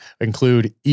include